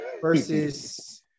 Versus